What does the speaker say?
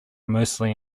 mostly